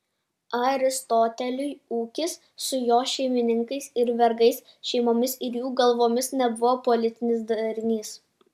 aristoteliui ūkis su jo šeimininkais ir vergais šeimomis ir jų galvomis nebuvo politinis darinys